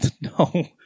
No